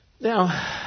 Now